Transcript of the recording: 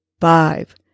Five